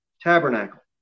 tabernacle